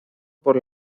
por